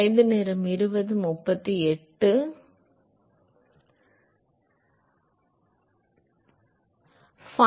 எனவே உராய்வு குணகம் y இல் tau என வரையறுக்கப்படுகிறது இது 0 க்கு சமமான rho u முடிவிலி சதுரத்தால் 2 ஆல் வகுக்கப்படுகிறது